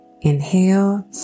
inhale